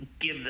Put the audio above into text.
give